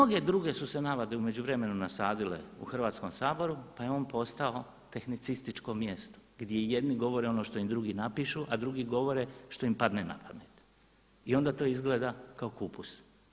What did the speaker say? Mnoge druge su se navade u međuvremenu nasadile u Hrvatskom saboru pa je on postao tehnicističko mjesto gdje jedni govore ono što im drugi napišu a drugi govore što im padne na pamet i onda to izgleda kao kupus.